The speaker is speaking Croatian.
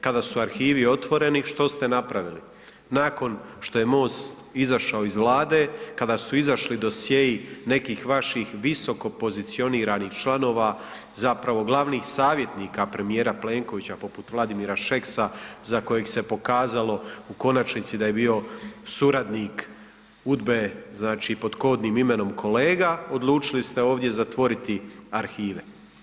Kada su arhivi otvoreni, što ste napravili, nakon što je MOST izašao iz vlade kada su izašli dosje nekih vaših visokopozicioniranih članova zapravo glavnih savjetnika premijera Plenkovića, poput Vladimira Šeksa za kojeg se pokazalo u konačnici da je bio suradnik UDBE znači pod kodnim imenom Kolega odlučili ste ovdje zatvoriti arhive.